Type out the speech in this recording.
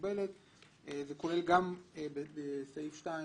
הבנק יבקש ממנו את מה שהוא בדק.